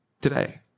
today